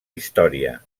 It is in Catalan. història